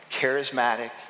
charismatic